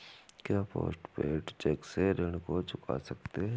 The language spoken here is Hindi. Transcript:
क्या पोस्ट पेड चेक से ऋण को चुका सकते हैं?